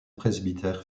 presbytère